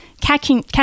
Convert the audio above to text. catching